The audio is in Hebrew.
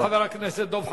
תודה לחבר הכנסת דב חנין.